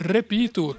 Repito